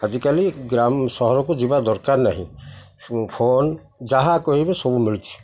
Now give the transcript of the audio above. ଆଜିକାଲି ଗ୍ରାମ ସହରକୁ ଯିବା ଦରକାର ନାହିଁ ଫୋନ୍ ଯାହା କହିବେ ସବୁ ମିଳୁଛି